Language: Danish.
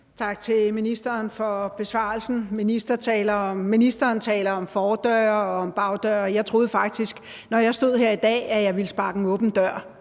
Tak til ministeren for besvarelsen. Ministeren taler om fordøre og om bagdøre, men jeg troede faktisk, at jeg, når jeg stod her